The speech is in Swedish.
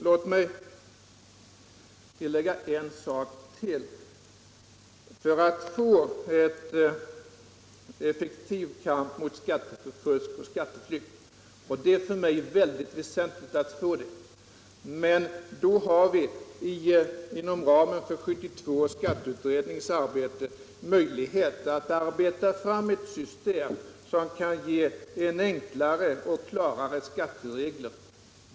Låt mig tillägga ytterligare en sak. För att få en effektiv kamp mot skattefusk och skatteflykt — det är för mig väldigt väsentligt — har vi inom ramen för 1972 års skatteutrednings arbete möjlighet att arbeta fram ett system som kan ge enklare och klarare skatteregler.